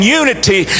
unity